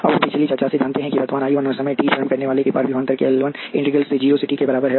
अब हम पिछली चर्चा से जानते हैं कि वर्तमान I 1 और समय t प्रारंभ करनेवाला के पार विभवांतर के L 1 इंटीग्रल 0 से t के बराबर है